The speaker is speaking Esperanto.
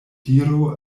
diru